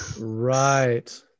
right